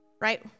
right